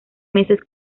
meses